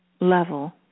level